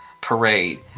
parade